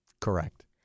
Correct